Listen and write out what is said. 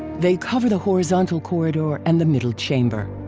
they cover the horizontal corridor and the middle chamber.